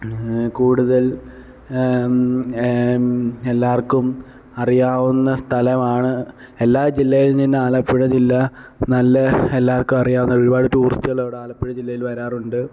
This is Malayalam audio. കൂടുതൽ എല്ലാവർക്കും അറിയാവുന്ന സ്ഥലമാണ് എല്ലാ ജില്ലയിൽ നിന്നും ആലപ്പുഴ ജില്ല നല്ല എല്ലാവർക്കും അറിയാവുന്ന ഒരുപാട് ടൂറിസ്റ്റുകളവിടെ ആലപ്പുഴ ജില്ലയിൽ വരാറുണ്ട്